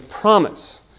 promise